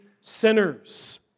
sinners